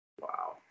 Wow